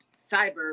cyber